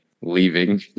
leaving